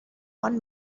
bon